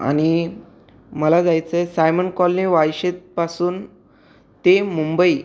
आणि मला जायचं आहे सायमन कॉलनी वायशेजपासून ते मुंबई